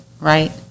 right